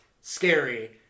scary